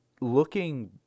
Looking